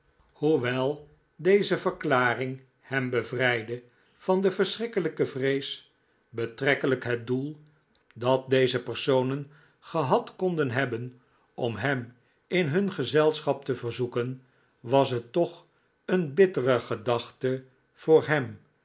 hoewel deze verklaring hem bevrijdde van de verschrikkelijke vrees betrekkelijk het doel dat deze personen gehad konden hebbenom hem in hun gezelschap te verzoeken was net toch eene bittere gedachte voor hem